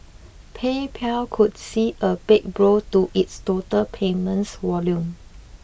PayPal could see a big blow to its total payments volume